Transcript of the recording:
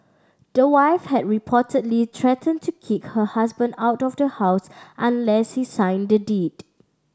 the wife had reportedly threatened to kick her husband out of the house unless he signed the deed